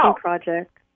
project